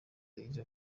izo